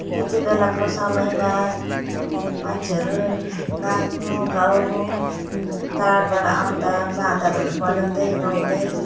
त्यति बेलाको समयमा मान्छेहरू नाच्नु गाउनु चाडबाड आउँदा मादलहरू बजाउँदै गाउँदै